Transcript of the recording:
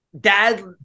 dad